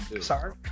Sorry